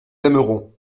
aimerons